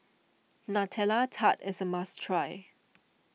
Nutella Tart is a must try